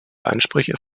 ansprüche